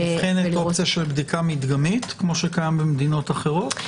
נבחנת אופציה של בדיקה מדגמית כפי שקיים במדינות אחרות?